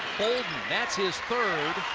bouldin, that's his third.